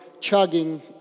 chugging